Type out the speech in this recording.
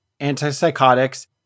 antipsychotics